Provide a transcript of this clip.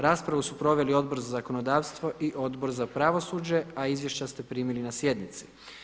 Raspravu su proveli Odbor za zakonodavstvo i Odbor za pravosuđe, a izvješća ste primili na sjednici.